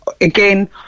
again